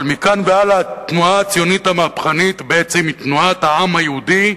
אבל מכאן והלאה התנועה הציונית המהפכנית היא בעצם תנועת העם היהודי,